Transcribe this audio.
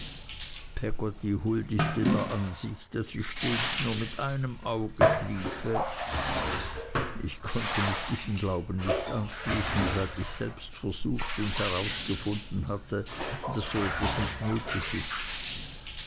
peggotty huldigte der ansicht daß sie stets nur mit einem auge schliefe ich konnte mich diesem glauben nicht anschließen seit ich selbst versucht und herausgefunden hatte daß so etwas nicht möglich ist